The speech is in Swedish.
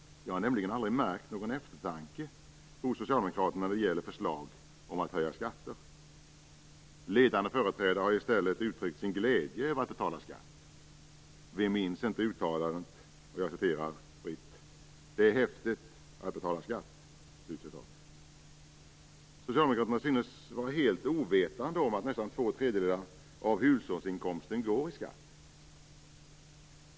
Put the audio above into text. Jag har nämligen aldrig märkt någon eftertanke hos socialdemokraterna vad gäller förslag om att höja skatter. Ledande företrädare har i stället uttryckt sin glädje över att betala skatt. Vem minns inte uttalandet: Det är häftigt att betala skatt? Socialdemokraterna synes vara helt ovetande om att nästan två tredjedelar av hushållsinkomsten går i skatt.